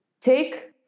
take